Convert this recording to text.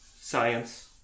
science